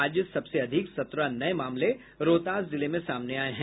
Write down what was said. आज सबसे अधिक सत्रह नये मामले रोहतास जिले में सामने आये हैं